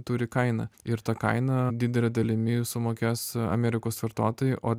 turi kainą ir tą kainą didele dalimi sumokės amerikos vartotojai o